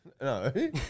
No